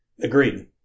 Agreed